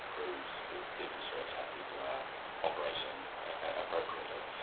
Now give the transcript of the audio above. proves or demonstrates how people are operating appropriately.